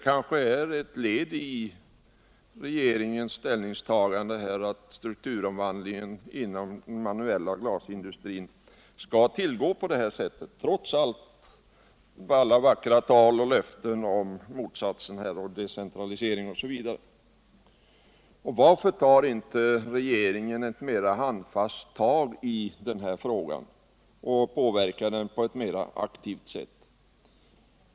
Kanske är det ett led i regeringens ställningstagande att strukturomvandlingen inom den manuella glasindustrin skall tillgå på det här sättet, trots alla vackra löften om motsatsen, om decentralisering osv. Varför tar inte regeringen ett mera handfast tag i den här frågan och påverkar den på ett mera aktivt sätt?